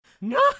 No